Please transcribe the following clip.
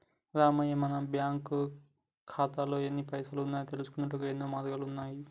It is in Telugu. రామయ్య మన బ్యాంకు ఖాతాల్లో ఎన్ని పైసలు ఉన్నాయో తెలుసుకొనుటకు యెన్నో మార్గాలు ఉన్నాయి